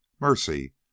Mercy